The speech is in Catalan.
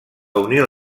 unió